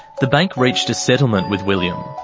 the bank reached a settlement with william.